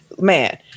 man